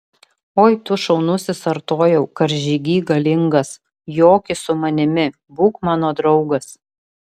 oi tu šaunusis artojau karžygy galingas joki su manimi būk mano draugas